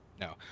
No